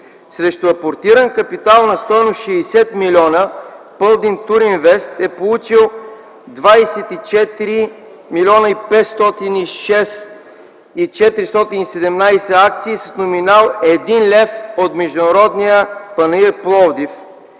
Срещу апортиран капитал на стойност 60 милиона „Пълдин туринвест” е получил 24 млн. 506 хил. 417 акции с номинал 1 лев от Международен панаир Пловдив.